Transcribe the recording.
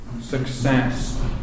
success